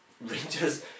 Rangers